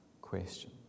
question